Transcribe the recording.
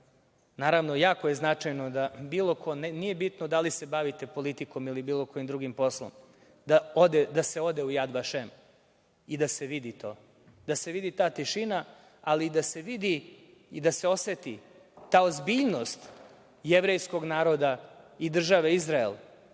da je jako značajno bilo ko, nije bitno da li se bavite politikom ili bilo kojim drugim poslom, da se ode u „Jad Vašemo“ i da se vidi to, da se vidi ta tišina, ali da se vidi i da se oseti ta ozbiljnost jevrejskog naroda i države Izrael